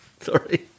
Sorry